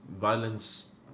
violence